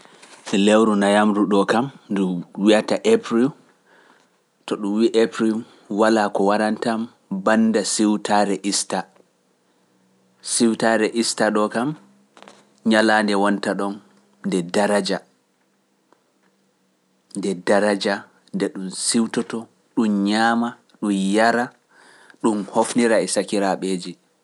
Lewru nayamru ɗo kam ndu wi’ata Aprim, to ɗum wi’a Aprim walaa ko waɗanta bannda siwtaare Iista. Siwtaare Iista ɗo kam ñalaande wonta ɗon nde daraja, nde ɗum siwtoto, ɗum ñaama, ɗum yara, ɗum hofnira e sakiraaɓe.